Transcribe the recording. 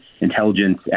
intelligence